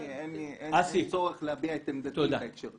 אין לי צורך להביע את עמדתי בהקשר הזה.